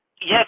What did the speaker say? yes